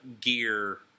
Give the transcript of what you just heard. gear